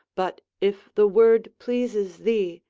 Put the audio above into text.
but if the word pleases thee,